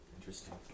Interesting